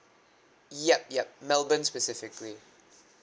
yup yup melbourne specifically